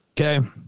Okay